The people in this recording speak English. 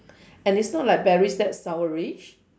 and it's not like berries that sourish